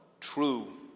true